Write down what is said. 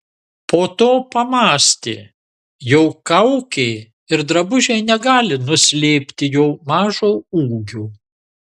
po to pamąstė jog kaukė ir drabužiai negali nuslėpti jo mažo ūgio